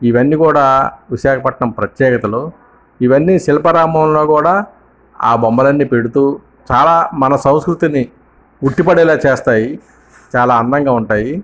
ఇవన్నీ కూడా విశాఖపట్నం ప్రత్యేకతలు ఇవన్నీ శిల్పారామంలో కూడా ఆ బొమ్మలన్నీ పెడుతూ చాలా మన సంస్కృతిని ఉట్టిపడేలా చేస్తాయి చాలా అందంగా ఉంటాయి